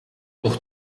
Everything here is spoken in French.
pour